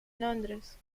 londres